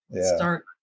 start